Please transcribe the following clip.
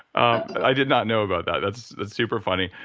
i did not know about that. that's super funny.